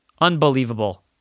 Unbelievable